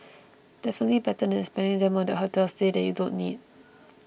definitely better than spending them on that hotel stay that you don't need